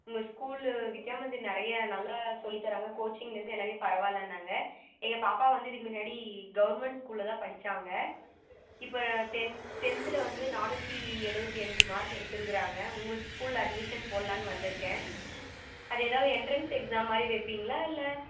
உங்கள் ஸகூலு வித்யாமந்திர் நிறையா நல்லா சொல்லித் தர்றாங்க கோச்சிங்லேருந்து எல்லாமே பரவாயில்லன்னாங்க எங்கள் பாப்பா வந்து இதுக்கு முன்னாடி கவுர்மெண்ட்டு ஸ்கூலில்தான் படித்தாங்க இப்போ டென்த்தில் வந்து நானூற்றி எழுவத்தி அஞ்சு மார்க் எடுத்திருக்காங்க உங்கள் ஸ்கூலில் அட்மிஷன் போடலாம்னு வந்திருக்கேன் அது எதாவது எண்ட்ரன்ஸ் எக்ஸாம் மாதிரி வைப்பீங்களா இல்லை